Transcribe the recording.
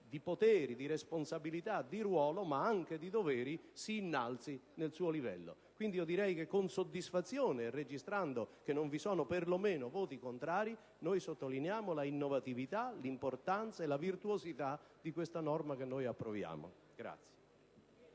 di poteri, di responsabilità e di ruolo, ma anche di doveri, si innalzi nel suo livello. Direi quindi che con soddisfazione, registrando che perlomeno non vi sono voti contrari, sottolineiamo l'innovatività, l'importanza e la virtuosità di questa norma che approviamo.